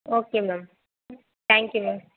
okay ma'am thank you ma'am